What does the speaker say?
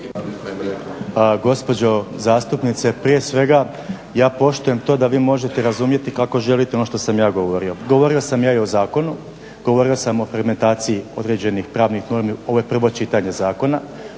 Gospođo zastupnice, prije svega ja poštujem to da vi možete razumjeti kako želite ono što sam ja govorio. Govorio sam ja i o zakonu, govorio sam o … određenih pravnih normi, ovo je prvo čitanje zakona,